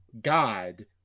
God